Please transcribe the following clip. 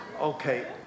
okay